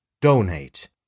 donate